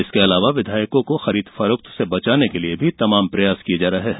इसके अलावा विधायकों को खरीद फरोख्त से बचाने के लिये भी तमाम प्रयास किये जा रहे हैं